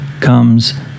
comes